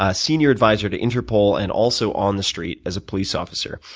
ah senior advisor to interpol and also on the street as a police officer.